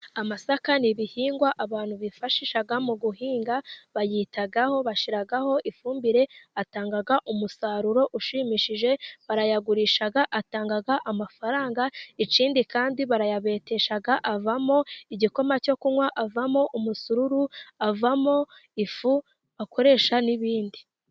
Amasaka n'ibihingwa abantu bifashisha mu guhinga bayitaho bashyiraho ifumbire, atanga umusaruro ushimishije barayagurisha, atanga amafaranga ikindi kandi barayabetesha, avamo igikoma cyo kunywa, avamo umusururu, avamo ifu bakoresha n'ibindi.